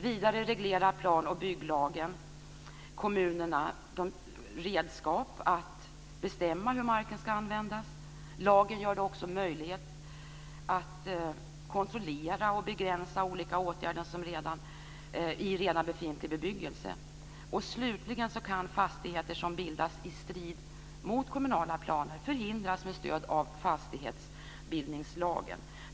Vidare ger plan och bygglagen kommunerna redskap att bestämma hur marken ska användas. Lagen gör det också möjligt att kontrollera och begränsa olika åtgärder i redan befintlig bebyggelse. Och slutligen kan fastigheter som bildas i strid mot kommunala planer förhindras med stöd av fastighetsbildningslagen.